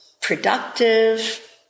productive